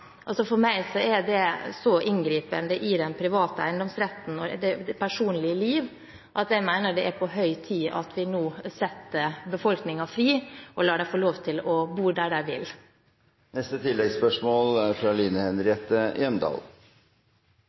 for meg så inngripende i den private eiendomsretten og det personlige liv at jeg mener det er på høy tid at vi nå setter befolkningen fri og lar dem få lov til å bo der de vil. Line Henriette Hjemdal – til oppfølgingsspørsmål. Jeg er